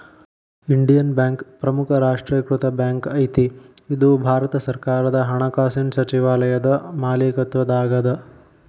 Indian Bank ಪ್ರಮುಖ ರಾಷ್ಟ್ರೇಕೃತ bank ಐತಿ ಇದು ಭಾರತ ಸರ್ಕಾರದ ಹಣಕಾಸಿನ್ ಸಚಿವಾಲಯದ ಮಾಲೇಕತ್ವದಾಗದ